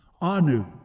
Anu